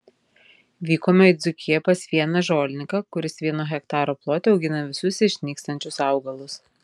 vykome į dzūkiją pas vieną žolininką kuris vieno hektaro plote augina visus išnykstančius augalus